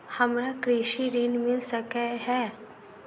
हमरा कृषि ऋण मिल सकै है?